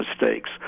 mistakes